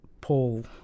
Paul